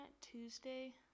Tuesday